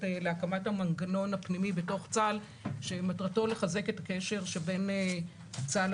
להקמת המנגנון הפנימי בתוך צה"ל שמטרתו לחזק את הקשר שבין צה"ל,